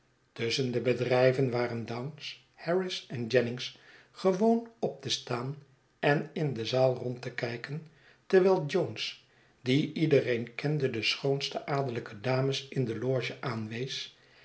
tusschen de bedrijven waren dounce harris en jennings gewoon op te staan en in de zaal rond te kijken terwijl jones die iedereen kende de schoonste adellijke dames in de loges aanwees